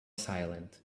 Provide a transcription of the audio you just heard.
silent